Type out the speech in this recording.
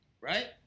Right